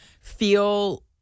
feel